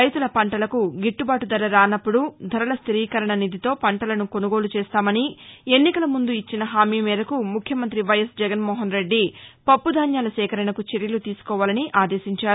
రైతుల పంటలకు గిట్టుబాటు ధర రానప్పుడు ధరల స్థిరీకరణ నిధితో పంటలను కొనుగోలు చేస్తామని ఎన్నికల ముందు ఇచ్చిన హామీ మేరకు ముఖ్యమంతి వైఎస్ జగన్మోహన్రెడ్డి పప్పుధాన్యాల సేకరణకు చర్యలు తీసుకోవాలని ఆదేశించారు